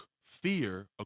fear